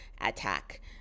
attack